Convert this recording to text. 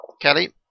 Kelly